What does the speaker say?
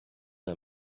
are